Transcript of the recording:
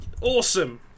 Awesome